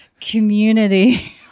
community